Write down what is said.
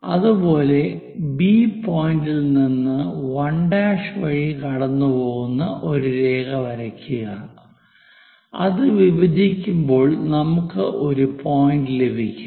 അതുപോലെ ബി പോയിന്റിൽ നിന്ന് 1 വഴി കടന്നുപോകുന്ന ഒരു രേഖ വരയ്ക്കുക അത് വിഭജിക്കുമ്പോൾ നമുക്ക് ഒരു പോയിന്റ് ലഭിക്കും